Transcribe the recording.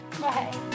Bye